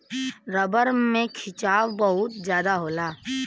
rubber में खिंचाव बहुत जादा होला